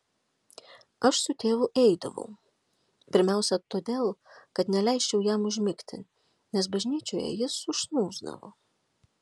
aš su tėvu eidavau pirmiausia todėl kad neleisčiau jam užmigti nes bažnyčioje jis užsnūsdavo